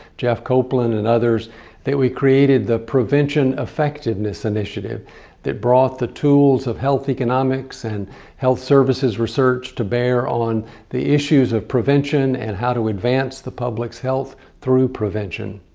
jeff koplan and others that we created the prevention effectiveness initiative that brought the tools of health economics and health services research to bear on the issues of prevention and how to advance the public's health through prevention.